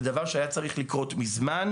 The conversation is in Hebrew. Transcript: זה דבר שהיה צריך לקרות מזמן,